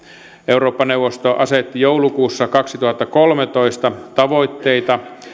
eurooppa neuvosto asetti joulukuussa kaksituhattakolmetoista tavoitteita